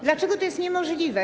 Dlaczego to jest niemożliwe?